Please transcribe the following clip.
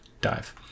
dive